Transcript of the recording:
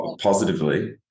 positively